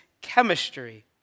chemistry